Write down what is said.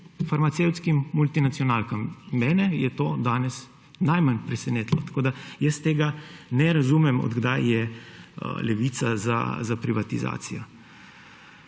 farmacevtskim multinacionalkam. Mene je to danes najmanj presenetilo. Jaz tega ne razumem, od kdaj je Levica za privatizacijo.